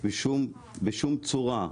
בשום צורה.